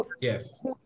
Yes